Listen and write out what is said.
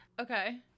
Okay